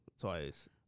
twice